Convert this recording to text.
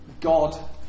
God